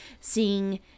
seeing